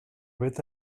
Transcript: vet